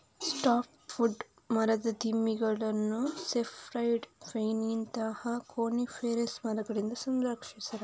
soft wood ಮರದ ದಿಮ್ಮಿಗಳನ್ನು cypress, ಪೈನಿನಂತಹ ಕೋನಿಫೆರಸ್ ಮರಗಳಿಂದ ಸಂಸ್ಕರಿಸಲಾಗುತ್ತದೆ